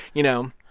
you know.